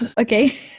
okay